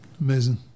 Amazing